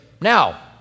Now